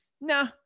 Nah